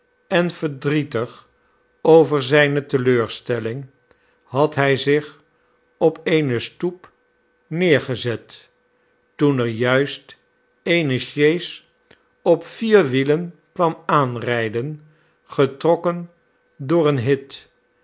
en verdrietig over zijne teleurstelling had hij zich op eene stoep neergezet toen er juist eene sjees op vierwielen kwam aanrijden getrokken door een hit